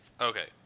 Okay